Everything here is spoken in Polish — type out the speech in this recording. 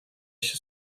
się